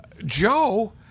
Joe